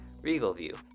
Regalview